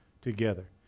together